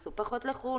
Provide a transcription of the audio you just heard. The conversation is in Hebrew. נסעו פחות לחוץ לארץ,